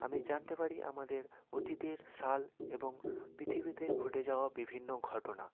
আমি জানতে পারি আমাদের অতীতের সাল এবং পৃথিবীতে ঘটে যাওয়া বিভিন্ন ঘটনা